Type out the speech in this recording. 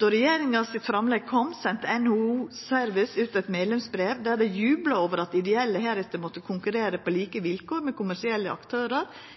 Då framlegget frå regjeringa kom, sende NHO Service ut eit medlemsbrev der dei jubla over at dei ideelle heretter måtte konkurrera på like vilkår med kommersielle aktørar